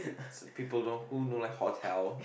s~ people don't who don't like hotel